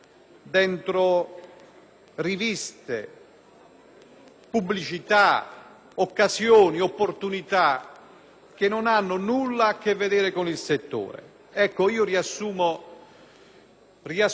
pubblicità, occasioni e opportunità che non hanno nulla a che vedere con il settore. Riassumo questi due argomenti per